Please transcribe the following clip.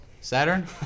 Saturn